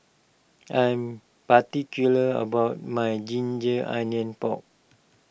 I'm particular about my Ginger Onions Pork